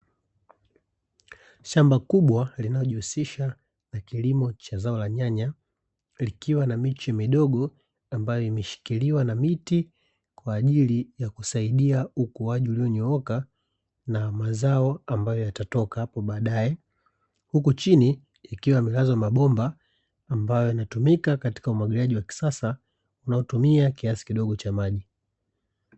Shamba kubwa linalojihusha na kilimo cha zao la nyanya, likiwa na miche midogo ambayo imeshikiliwa na miti kwa ajili ya kusaidia ukuaji ulionyooka na mazao ambayo yatatoka hapo baadae ,huku chini yakiwa yamelazwa mabomba ambayo yanatumika katika umwagiliaji wa kisasa unaotumia kiasi kidogo cha maji .